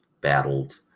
battled